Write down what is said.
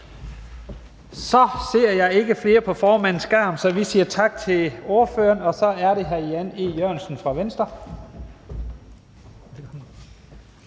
Så ser jeg ikke flere på formandens skærm. Vi siger tak til ordføreren. Så er det hr. Jan E. Jørgensen fra Venstre.